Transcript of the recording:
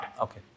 Okay